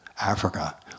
Africa